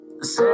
Say